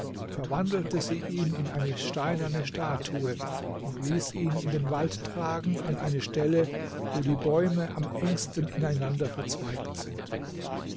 verwandelte sie ihn in eine steinerne statue und ließ ihn in den wald tragen an eine stelle wo die bäume am engsten ineinander verzweigt sind